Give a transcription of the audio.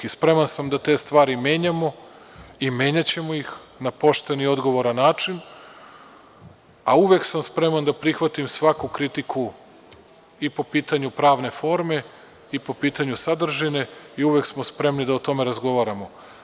Spreman sam da te stvari menjamo i menjaćemo ih na pošten i odgovoran način, a uvek sam spreman da prihvatim svaku kritiku i po pitanju pravne forme i po pitanju sadržine i uvek smo spremni da o tome razgovaramo.